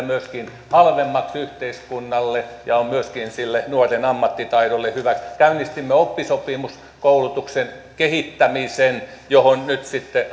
myöskin halvemmaksi yhteiskunnalle ja on myöskin sille nuoren ammattitaidolle hyvä käynnistimme oppisopimuskoulutuksen kehittämisen josta nyt sitten